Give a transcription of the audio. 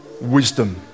wisdom